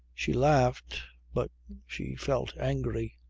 she laughed, but she felt angry.